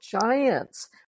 giants